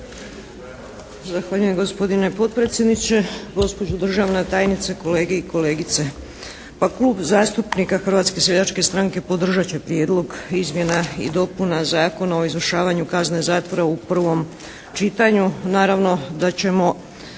Zahvaljujem gospodine potpredsjedniče. Gospođo državna tajnice, kolege i kolegice.